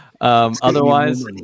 otherwise